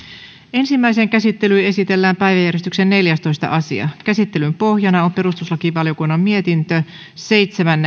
ensimmäiseen käsittelyyn esitellään päiväjärjestyksen neljästoista asia käsittelyn pohjana on perustuslakivaliokunnan mietintö seitsemän